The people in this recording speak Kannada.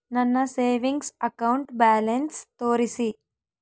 ನನ್ನ ಸೇವಿಂಗ್ಸ್ ಅಕೌಂಟ್ ಬ್ಯಾಲೆನ್ಸ್ ತೋರಿಸಿ?